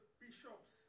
bishops